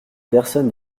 personne